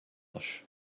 marsh